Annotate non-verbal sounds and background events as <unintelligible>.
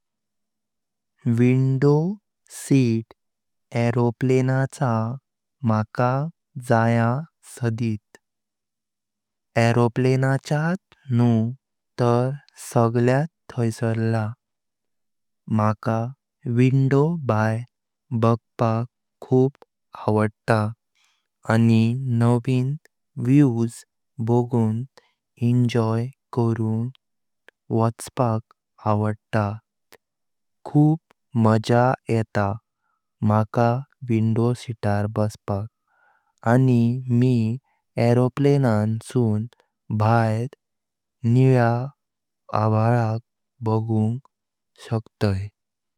Window seat aeroplane चे मला <unintelligible> जया सडीत। एरोप्लेनाचात न्हू तर सगळ्यात थयिसर्ला। मला <unintelligible> विंडो भायर बाघपाक खूप आवडता आणि नवीन व्ह्यूज बघून एनोय करून वाचपाक आवडता खूप मजा येता मला <unintelligible> विंडो सीटार बसपाक आणि मी एरोप्लेन सुन भायर निळ्या आभाळाक बाघुं शकतो।